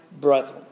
brethren